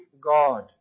God